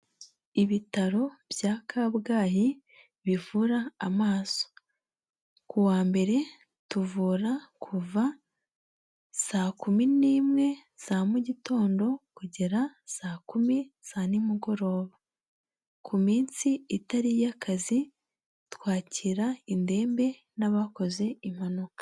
Ibitaro bya Kabgayi bivura amaso, kuwa mbere tuvura kuva saa kumi n'imwe za mu gitondo kugera saa kumi za n'imugoroba, ku minsi itari iy'akazi, twakira indembe n'abakoze impanuka.